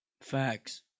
Facts